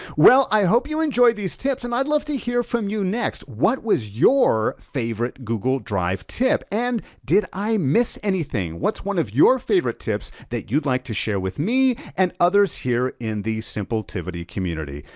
well, i hope you enjoyed these tips and i'd love to hear from you next, what was your favorite google drive tip? and did i miss anything? what's one of your favorite tips that you'd like to share with me and others here in the simpletivity community?